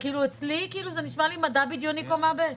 אצלי זה נשמע מדע בדיוני קומה ב'.